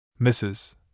Mrs